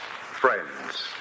Friends